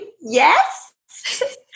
yes